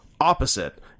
opposite